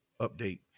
update